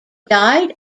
died